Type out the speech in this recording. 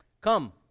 Come